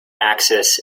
axis